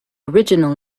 original